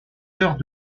heures